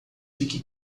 fique